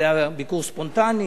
זה היה ביקור ספונטני.